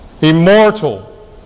immortal